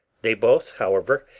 they both, however,